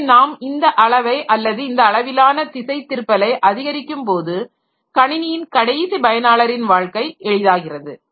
எனவே நாம் இந்த அளவை அல்லது இந்த அளவிலான திசைதிருப்பலை அதிகரிக்கும்போது கணினியின் கடைசி பயனாளரின் வாழ்க்கை எளிமையாகிறது